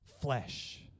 flesh